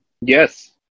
Yes